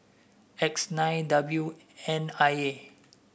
X nine W N I A